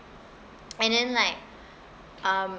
and then like um